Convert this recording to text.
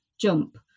jump